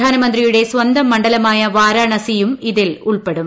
പ്രധാനമന്ത്രിയുടെ സ്വന്തം മണ്ഡലമായ വാരാണസിയും ഇതിൽ ഉൾപ്പെടും